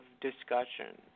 Discussion